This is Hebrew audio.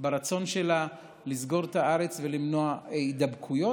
ברצון שלה לסגור את הארץ ולמנוע הידבקויות.